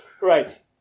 Right